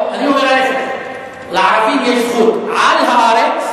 לא, אני אומר ההיפך: לערבים יש זכות על הארץ,